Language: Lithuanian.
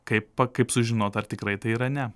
kaip a kaip sužinot ar tikrai tai yra ne